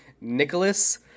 nicholas